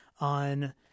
on